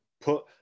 Put